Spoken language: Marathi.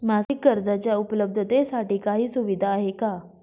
मासिक कर्जाच्या उपलब्धतेसाठी काही सुविधा आहे का?